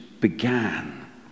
began